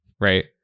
right